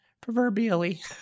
Proverbially